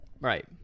Right